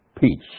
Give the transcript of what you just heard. peace